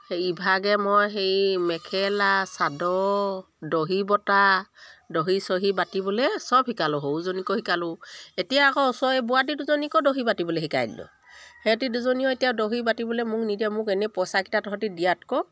সেই ইভাগে মই সেই মেখেলা চাদৰ দহি বতা দহি চহী বাতিবলৈ চব শিকালোঁ সৰুজনীকো শিকালোঁ এতিয়া আকৌ ওচৰ বোৱাৰি দুজনীকো দহি বাতিবলৈ শিকাই দিলোঁ সেতি দুজনীও এতিয়া দহি বাতিবলৈ মোক নিদিয়ে মোক এনেই পইচাকেইটা তহঁতে দিয়াতকৈও